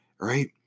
Right